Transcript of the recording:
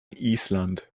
island